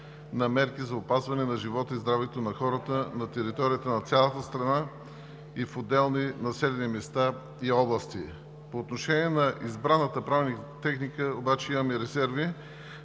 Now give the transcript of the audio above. на мерки за опазване на живота и здравето на хората на територията на цялата страна, в отделни населени места и области. По отношение на избраната правна техника обаче имаме резерви,